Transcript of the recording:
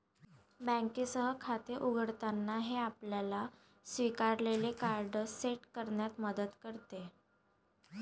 बँकेसह खाते उघडताना, हे आपल्याला स्वीकारलेले कार्ड सेट करण्यात मदत करते